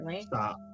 Stop